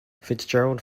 fitzgerald